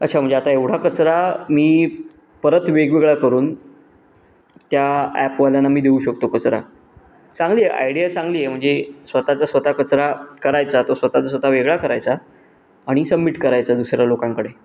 अच्छा म्हणजे आता एवढा कचरा मी परत वेगवेगळा करून त्या ॲपवाल्यांना मी देऊ शकतो कचरा चांगली आहे आयडिया चांगली आहे म्हणजे स्वतःचा स्वतः कचरा करायचा तो स्वतःचा स्वतः वेगळा करायचा आणि सबमिट करायचा दुसऱ्या लोकांकडे